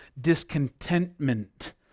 discontentment